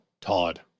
Todd